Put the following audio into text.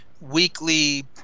weekly